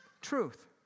Truth